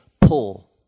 pull